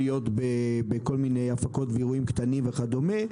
הפקות אירועים קטנים וכדומה.